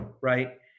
Right